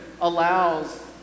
allows